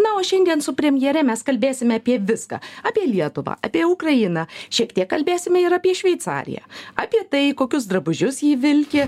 na o šiandien su premjere mes kalbėsime apie viską apie lietuvą apie ukrainą šiek tiek kalbėsime ir apie šveicariją apie tai kokius drabužius ji vilki